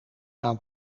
aan